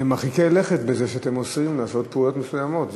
אתם מרחיקים לכת בזה שאתם אוסרים לעשות פעולות מסוימות.